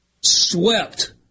Swept